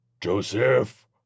Joseph